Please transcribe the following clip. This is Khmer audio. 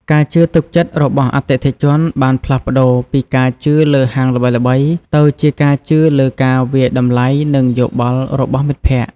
ការជឿទុកចិត្តរបស់អតិថិជនបានផ្លាស់ប្តូរពីការជឿលើហាងល្បីៗ ទៅជាការជឿលើការវាយតម្លៃនិងយោបល់របស់មិត្តភក្តិ។